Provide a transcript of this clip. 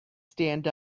stand